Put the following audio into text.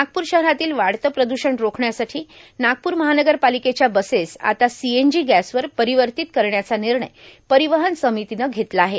नागपूर शहरातील वाढते प्रदूषण रोखण्यासाठो नागपूर महानगरर्पालिकेच्या बसेस आता सीएनजी गॅसवर परार्वातत करण्याचा निणय परिवहन र्सामतीने घेतला आहे